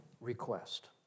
request